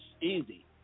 easy